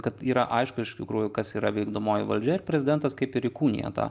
kad yra aišku iš tikrųjų kas yra vykdomoji valdžia ir prezidentas kaip ir įkūnija tą